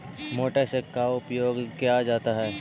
Motor से का उपयोग क्या जाता है?